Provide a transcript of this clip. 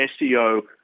SEO